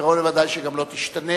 וקרוב לוודאי שגם לא תשתנה.